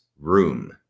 room